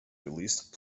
released